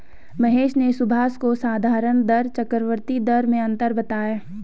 महेश ने सुभाष को साधारण दर चक्रवर्ती दर में अंतर बताएं